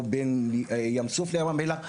או בין ים סוף לים המלח,